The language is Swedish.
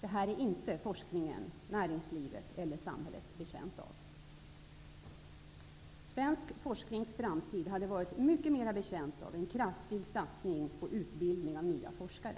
Detta är inte forskningen, näringslivet eller samhället betjänta av. Svensk forsknings framtid hade varit mycket mer betjänt av en kraftig satsning på utbildning av nya forskare.